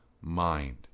mind